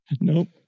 Nope